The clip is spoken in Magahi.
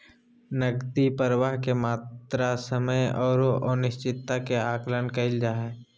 नकदी प्रवाह के मात्रा, समय औरो अनिश्चितता के आकलन कइल जा हइ